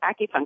acupuncture